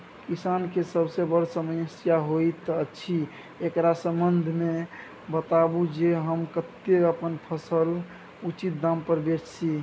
किसान के सबसे बर समस्या होयत अछि, एकरा संबंध मे बताबू जे हम कत्ते अपन फसल उचित दाम पर बेच सी?